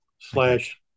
slash